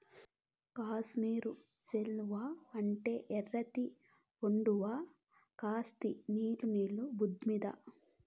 కాశ్మీరు శాలువా అంటే ఎర్రెత్తి పోతండావు కాస్త నిలు నిలు బూమ్మీద